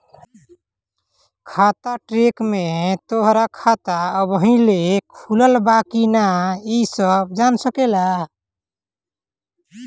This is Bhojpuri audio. खाता ट्रैक में तोहरा खाता अबही ले खुलल बा की ना इ सब जान सकेला